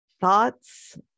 thoughts